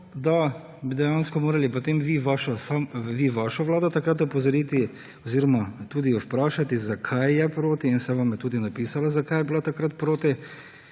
da bi dejansko morali potem vi vašo vlado takrat opozoriti oziroma tudi jo vprašati, zakaj je proti. Saj vam je tudi napisala, zakaj je bila takrat proti